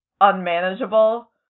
unmanageable